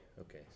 Okay